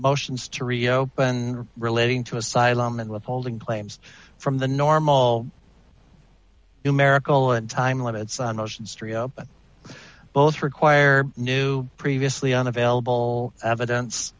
motions to reopen relating to asylum and withholding claims from the norm all numerical and time limits on motions both require new previously on available evidence